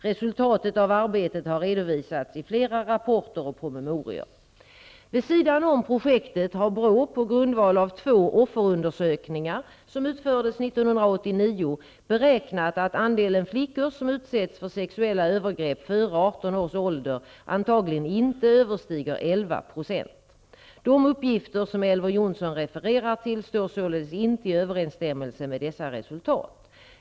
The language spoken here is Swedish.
Resultatet av arbetet har redovisats i flera rapporter och promemorior (bl.a. BRÅ-PM Vid sidan om projektet har BRÅ på grundval av två offerundersökningar, som utfördes 1989, beräknat att andelen flickor som utsätts för sexuella övergrepp före 18 års ålder antagligen inte överstiger 11 %. De uppgifter som Elver Jonsson refererar till står således inte i överensstämmelse med dessa resultat.